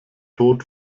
tod